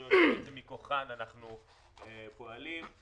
הסטטוטוריות שמכולן אנחנו פועלים.